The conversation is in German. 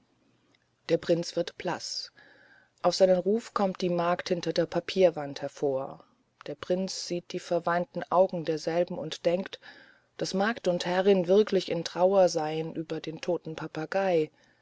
der prinz wird blaß auf seinen ruf kommt die magd hinter der papierwand vor der prinz sieht die verweinten augen derselben und denkt daß magd und herrin wirklich in trauer seien über den toten papagei